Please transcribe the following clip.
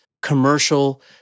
commercial